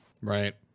Right